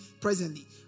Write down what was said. presently